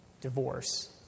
divorce